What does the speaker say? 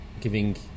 giving